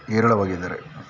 ಹೇರಳವಾಗಿದ್ದಾರೆ